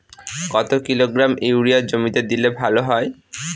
কত kilogram urea জমিতে দিলে ভালো হয়?